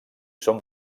són